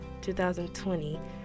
2020